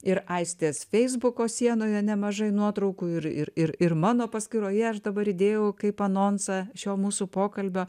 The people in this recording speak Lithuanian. ir aistės feisbuko sienoje nemažai nuotraukų ir ir mano paskyroje aš dabar įdėjau kaip anonsą šio mūsų pokalbio